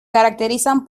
caracterizan